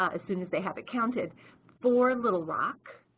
ah as soon as they have it counted for little rock,